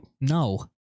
No